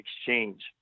exchange